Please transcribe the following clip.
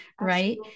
right